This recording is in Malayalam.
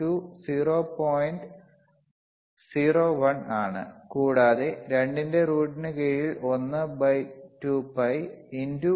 01 ആണ് കൂടാതെ 2 ന്റെ റൂട്ടിന് കീഴിൽ 1 ബൈ 2 pi x 0